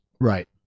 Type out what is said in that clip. right